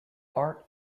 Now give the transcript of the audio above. art